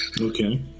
Okay